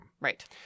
Right